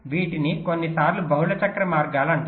వీటిని కొన్నిసార్లు బహుళ చక్ర మార్గాలు అంటారు